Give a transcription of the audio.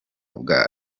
bwa